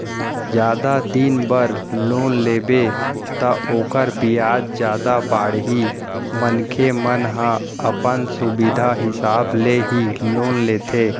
जादा दिन बर लोन लेबे त ओखर बियाज जादा बाड़ही मनखे मन ह अपन सुबिधा हिसाब ले ही लोन लेथे